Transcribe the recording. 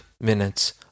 minutes